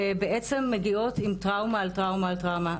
בעצם מגיעות עם טראומה על טראומה על טראומה,